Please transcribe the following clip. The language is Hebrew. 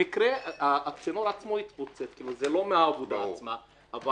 במקרה הצינור התפוצץ - זה לא מהעבודה עצמה.